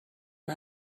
who